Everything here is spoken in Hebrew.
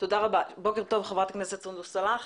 בוקר טוב חברת הכנסת סונדוס סאלח.